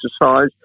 exercise